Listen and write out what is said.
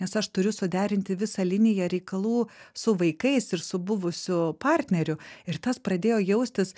nes aš turiu suderinti visą liniją reikalų su vaikais ir su buvusiu partneriu ir tas pradėjo jaustis